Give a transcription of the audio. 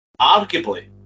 arguably